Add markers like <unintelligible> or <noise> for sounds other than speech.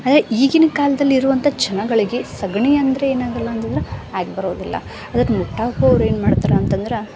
ಆದರೆ ಈಗಿನ ಕಾಲದಲ್ಲಿ ಇರುವಂಥ ಜನಗಳಿಗೆ ಸಗಣಿ ಅಂದರೆ ಏನಾಗಲ್ಲ <unintelligible> ಆಗಿ ಬರೋದಿಲ್ಲ ಅದ್ಕೆ ಮುಟ್ಟಾಕವ್ರು ಏನು ಮಾಡ್ತಾರಾ ಅಂತಂದ್ರೆ